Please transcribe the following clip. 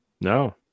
No